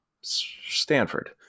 Stanford